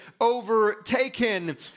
overtaken